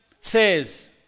says